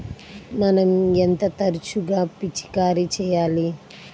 మనం ఎంత తరచుగా పిచికారీ చేయాలి?